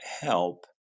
help